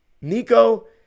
Nico